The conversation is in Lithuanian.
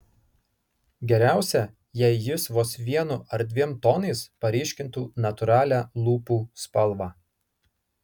geriausia jei jis vos vienu ar dviem tonais paryškintų natūralią lūpų spalvą